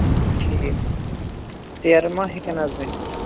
ٹھیٖک ژیرٕ ما ہیٚکن اَز بٔنِتھ